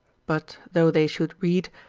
but though they should read,